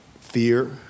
Fear